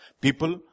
people